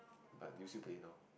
but do you still play now